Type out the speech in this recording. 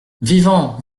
vivants